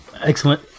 Excellent